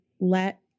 let